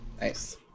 nice